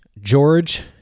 George